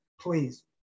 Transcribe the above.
please